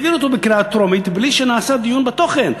העבירו אותו בקריאה טרומית בלי שנעשה דיון בתוכן,